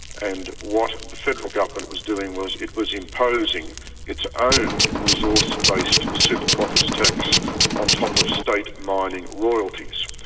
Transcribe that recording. and what the federal government was doing was it was imposing its own resource-based super profits tax on top of state mining royalties,